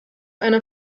einer